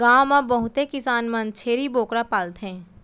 गॉव म बहुते किसान मन छेरी बोकरा पालथें